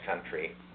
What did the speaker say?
country